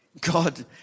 God